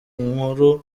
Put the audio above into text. nkuru